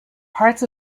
parts